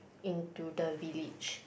into the village